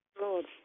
Lord